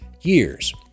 years